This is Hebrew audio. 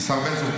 השר בן-צור,